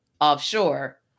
offshore